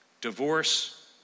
divorce